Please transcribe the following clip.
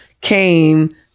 came